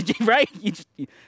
right